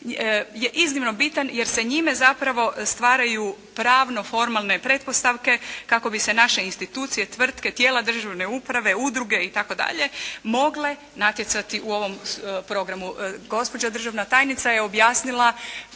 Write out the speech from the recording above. je iznimno bitan jer se njime zapravo stvaraju pravno formalne pretpostavke kako bi se naše institucije, tvrtke, tijela državne uprave, udruge i tako dalje, mogle natjecati u ovom programu. Gospođa državna tajnica je objasnila